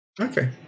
Okay